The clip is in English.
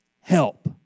help